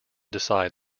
decide